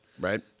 Right